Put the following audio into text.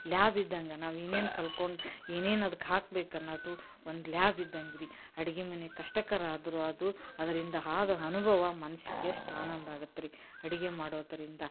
lab ಇದ್ದಂಗೆ ನಾವೇನೇನು ಕಲ್ತ್ಕೊಂಡ್ ಏನೇನು ಅದ್ಕೆ ಹಾಕ್ಬೇಕು ಅನ್ನೋದು ಒಂದು ಲ್ಯಾಬ್ ಇದ್ದಂಗೆ ರಿ ಅಡುಗೆ ಮನೆ ಕಷ್ಟಕರ ಆದರೂ ಅದು ಅದರಿಂದ ಆದ ಅನುಭವ ಮನ್ಸಿಗೆ ಎಷ್ಟು ಆನಂದ ಆಗತ್ತೆ ರೀ ಅಡುಗೆ ಮಾಡೋದರಿಂದ